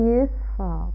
useful